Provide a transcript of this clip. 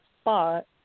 spot